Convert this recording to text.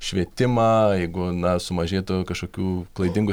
švietimą jeigu na sumažėtų kažkokių klaidingų